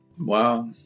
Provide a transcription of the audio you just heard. Wow